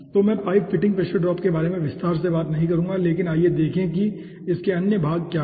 तो मैं pipe fitting pressure drop के बारे में विस्तार से नहीं बताऊंगा लेकिन आइए देखें कि इसके अन्य भाग क्या हैं